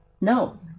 No